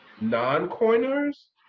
non-coiners